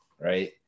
Right